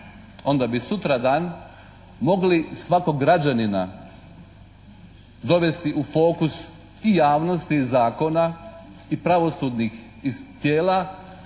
onda bi sutradan mogli svakog građanina dovesti u fokus i javnosti i zakona i pravosudnih tijela